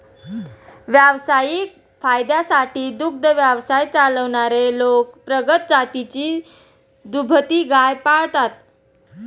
व्यावसायिक फायद्यासाठी दुग्ध व्यवसाय चालवणारे लोक प्रगत जातीची दुभती गाय पाळतात